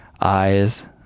eyes